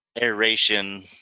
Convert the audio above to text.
aeration